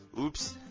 Oops